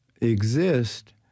exist